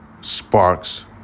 Sparks